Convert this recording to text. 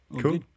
cool